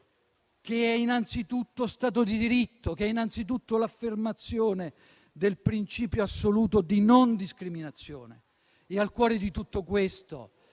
che è innanzitutto stato di diritto, che è innanzitutto l'affermazione del principio assoluto di non discriminazione. Al cuore di tutto questo